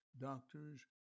doctors